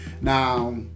Now